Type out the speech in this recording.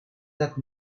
that